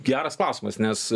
geras klausimas nes